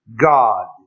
God